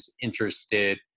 interested